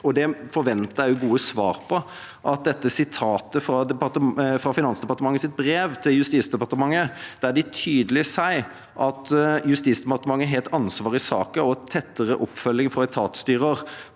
og det forventer jeg også gode svar på. Jeg tenker at det sitatet fra Finansdepartementets brev til Justisdepartementet – der de tydelig sier at Justisdepartementet har et ansvar i saken, og at tettere oppfølging fra etatsstyrer